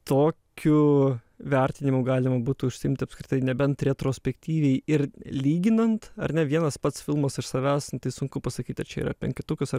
tokiu vertinimu galima būtų užsiimti apskritai nebent retrospektyviai ir lyginant ar ne vienas pats filmas iš savęs nu tai sunku pasakyt ar čia yra penketukas ar